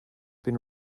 been